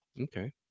Okay